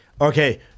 okay